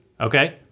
okay